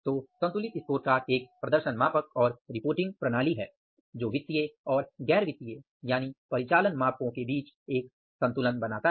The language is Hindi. तो संतुलित स्कोरकार्ड एक प्रदर्शन मापक और रिपोर्टिंग प्रणाली है जो वित्तीय और गैर वित्तीय यानि परिचालन मापको के बीच एक संतुलन बनाता है